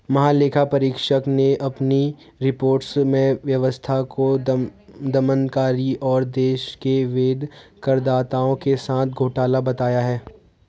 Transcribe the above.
महालेखा परीक्षक ने अपनी रिपोर्ट में व्यवस्था को दमनकारी और देश के वैध करदाताओं के साथ घोटाला बताया है